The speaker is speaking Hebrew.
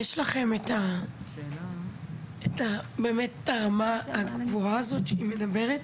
יש לכם באמת את הרמה הגבוהה הזאת שהיא מדברת?